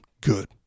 good